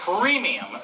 premium